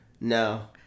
no